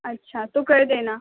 اچھا تو کر دینا